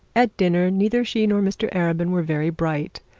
at dinner neither she nor mr arabin were very bright,